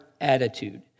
attitude